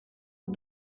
des